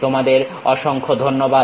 তোমাদেরকে অসংখ্য ধন্যবাদ